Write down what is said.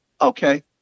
Okay